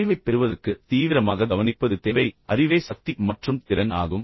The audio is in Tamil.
அறிவைப் பெறுவதற்கு உங்களுக்கு தீவிரமாக கவனிப்பது தேவை மேலும் அறிவே சக்தி மற்றும் திறன் ஆகும்